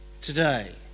today